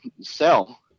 sell